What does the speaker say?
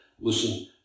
listen